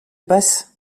passe